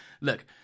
Look